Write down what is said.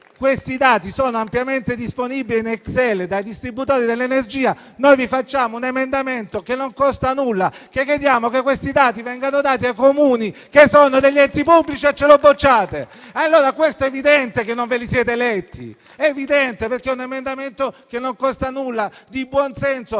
questi dati sono ampiamente disponibili in Excel dai distributori dell'energia. Abbiamo presentato un emendamento che non costa nulla, chiedendo che questi dati vengano dati ai Comuni, che sono degli enti pubblici, e voi ce lo bocciate. Allora è evidente che non ve li siete letti, è evidente perché un emendamento che non costa nulla, di buon senso